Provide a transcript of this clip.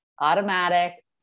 automatic